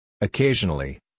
Occasionally